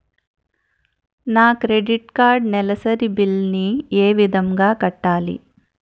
నా credit card నెలసరి bill ని ఏ విధంగా కట్టాలి?